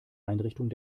einrichtung